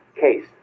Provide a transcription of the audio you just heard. case